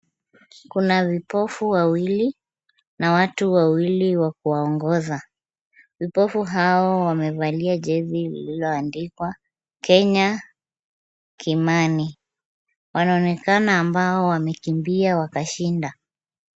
Kuna vipofu wawili na watu wawili wa kuwaongoza. Vipofu hao wamevalia jezi zilizoandikwa Kenya, Kimani. Wanaonekana ambao wamekimbia wakashinda.